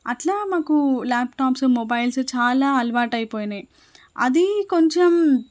అట్లా మాకు laptops mobiles చాలా అలవాటు అయిపోయాయి అది కొంచెం